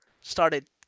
started